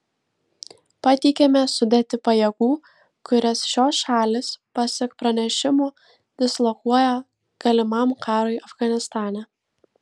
pateikiame sudėtį pajėgų kurias šios šalys pasak pranešimų dislokuoja galimam karui afganistane